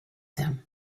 them